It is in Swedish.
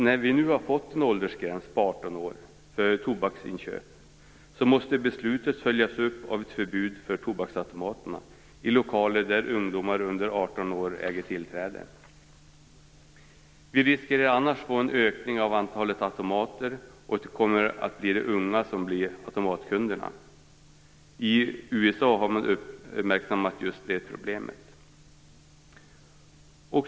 När vi nu har fått en åldersgräns på 18 år för tobaksinköp anser vi att beslutet måste följas upp av ett förbud mot tobaksautomater i lokaler dit ungdom under 18 år äger tillträde. Vi riskerar annars att få en ökning av antalet automater, och det kommer att bli de unga som blir automatkunder. I USA har man uppmärksammat just det problemet.